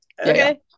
Okay